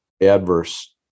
adverse